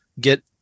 get